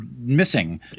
missing